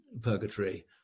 purgatory